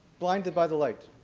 blinded by the lights.